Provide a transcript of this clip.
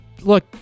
look